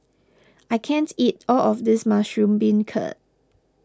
I can't eat all of this Mushroom Beancurd